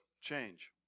change